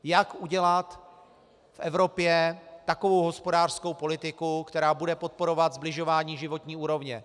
Jak udělat v Evropě takovou hospodářskou politiku, která bude podporovat sbližování životní úrovně?